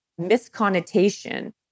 misconnotation